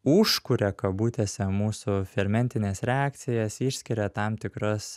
užkuria kabutėse mūsų fermentines reakcijas išskiria tam tikras